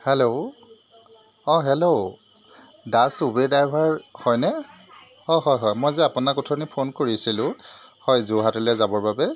hello অঁ hello Das Uber driver হয়নে অঁ হয় হয় মই যে আপোনাক অথনি ফোন কৰিছিলোঁ হয় যোৰহাটলৈ যাবৰ বাবে